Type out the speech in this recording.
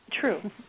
True